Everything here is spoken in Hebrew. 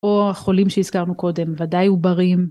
או החולים שהזכרנו קודם, ודאי עוברים.